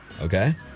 Okay